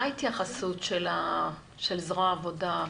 מה ההתייחסות של זרוע העבודה,